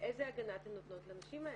ואיזה הגנה אתן נותנות לנשים האלה?